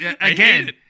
Again